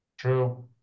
True